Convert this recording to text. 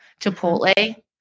Chipotle